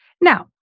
Now